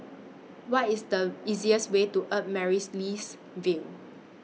What IS The easiest Way to Amaryllis Ville